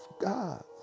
God